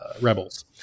Rebels